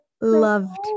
loved